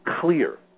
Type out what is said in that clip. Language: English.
clear